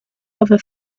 other